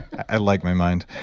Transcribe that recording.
i like my mind.